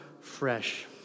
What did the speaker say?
fresh